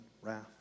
wrath